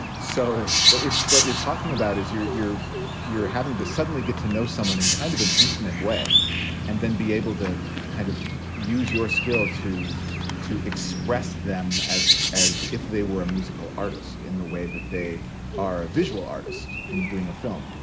so what you're what you're talking about is you're you're you're having to suddenly get to know someone in kind of an intimate way and then be able to kind of use your skill to to express them as as if they were a musical artist in the way that they are a visual artist and doing a film.